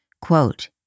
quote